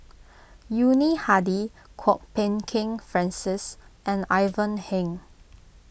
Yuni Hadi Kwok Peng Kin Francis and Ivan Heng